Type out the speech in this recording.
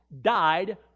died